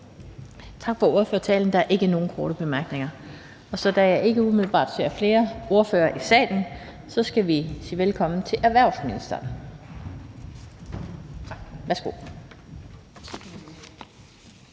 Tak for ordførertalen – der er ikke nogen korte bemærkninger. Og da jeg ikke umiddelbart ser flere ordførere i salen, skal jeg sige velkommen til erhvervsministeren. Værsgo.